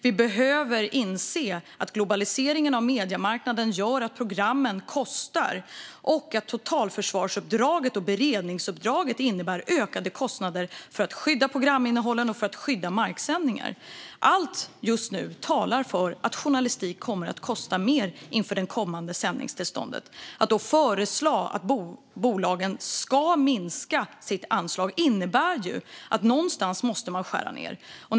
Vi behöver inse att globaliseringen av mediemarknaden gör att programmen kostar och att totalförsvarsuppdraget och beredningsuppdraget innebär ökade kostnader för att skydda programinnehållen och marksändningar. Inför det kommande sändningstillståndet talar allt just nu för att journalistik kommer att kosta mer. Förslag om att bolagen ska minska sitt anslag innebär också att de måste skära ned någonstans.